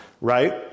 Right